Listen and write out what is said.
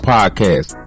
Podcast